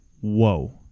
Whoa